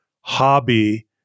hobby